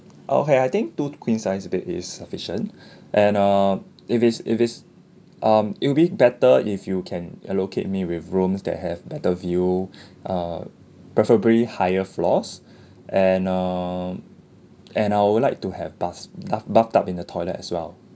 okay I think two queen sized bed is sufficient and err if it's if it's um it'll be better if you can allocate me with rooms that have better view ah preferably higher floors and um and I would like to have bas~ tu~ bathtub in the toilet as well